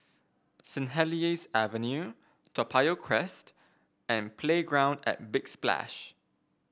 Saint Helier's Avenue Toa Payoh Crest and Playground at Big Splash